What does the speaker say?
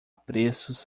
preços